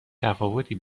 تفاوتی